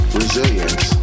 resilience